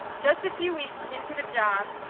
just a few weeks into the job,